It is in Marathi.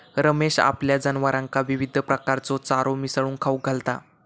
रमेश आपल्या जनावरांका विविध प्रकारचो चारो मिसळून खाऊक घालता